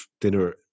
dinner